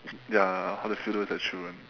ya how does it feel to have children